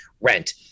rent